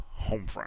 Homefront